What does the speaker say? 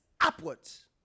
upwards